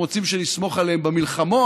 הם רוצים שנסמוך עליהם במלחמות,